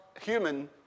human